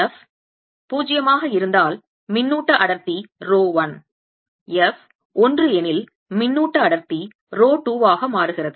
f 0 ஆக இருந்தால் மின்னூட்ட அடர்த்தி ரோ 1 f ஒன்று எனில் மின்னூட்ட அடர்த்தி ரோ 2 ஆக மாறுகிறது